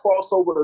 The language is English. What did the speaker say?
crossover